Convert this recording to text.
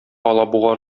алабуга